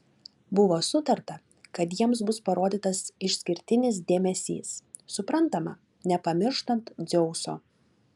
buvo sutarta kad jiems bus parodytas išskirtinis dėmesys suprantama nepamirštant dzeuso